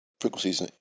frequencies